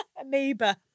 Amoeba